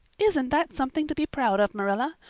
isn't that something to be proud of, marilla?